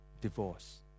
divorce